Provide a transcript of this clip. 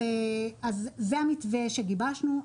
אז זה המתווה שגיבשנו.